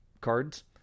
cards